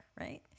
right